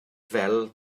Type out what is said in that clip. fel